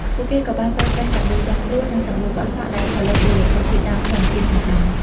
ពួកគេក៏បានប្រើប្រាស់សាប៊ូដុសខ្លួន និងសាប៊ូកក់សក់ដែលផលិតពីវត្ថុធាតុដើមធម្មជាតិផងដែរ។